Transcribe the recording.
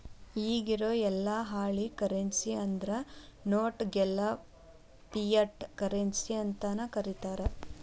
ಇಗಿರೊ ಯೆಲ್ಲಾ ಹಾಳಿ ಕರೆನ್ಸಿ ಅಂದ್ರ ನೋಟ್ ಗೆಲ್ಲಾ ಫಿಯಟ್ ಕರೆನ್ಸಿ ಅಂತನ ಕರೇತಾರ